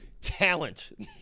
talent